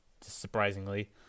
surprisingly